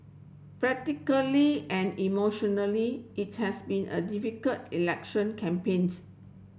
practically and emotionally it's has been a difficult election campaigns